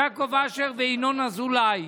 יעקב אשר וינון אזולאי,